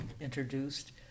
introduced